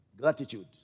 Gratitude